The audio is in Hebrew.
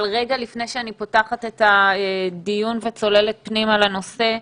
אבל רגע לפני אני פותחת את הדיון וצוללת פנימה לנושא,